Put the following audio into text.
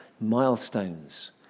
milestones